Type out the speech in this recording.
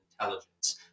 intelligence